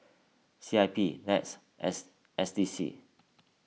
C I P NETS S S D C